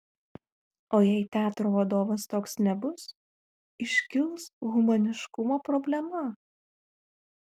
o jei teatro vadovas toks nebus iškils humaniškumo problema